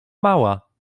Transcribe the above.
mała